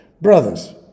Brothers